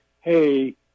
hey